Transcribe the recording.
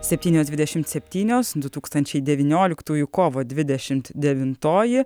septynios dvidešimt septynios du tūkstančiai devynioliktųjų kovo dvidešimt devintoji